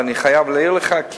ואני חייב להעיר לך,